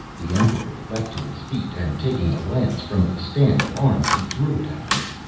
the emperor leapt to his feet, and taking a lance from a stand of arms, he threw it at me.